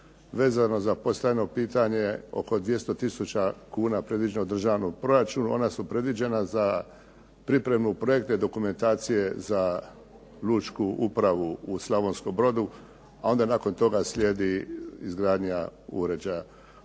Vezano za postavljeno pitanje oko 200000 kn predviđeno u državnom proračunu ona su predviđena za pripremu projektne dokumentacije za Lučku upravu u Slavonskom Brodu, a onda nakon toga slijedi izgradnja uređaja.